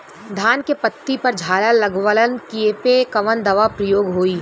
धान के पत्ती पर झाला लगववलन कियेपे कवन दवा प्रयोग होई?